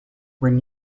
when